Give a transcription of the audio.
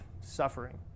suffering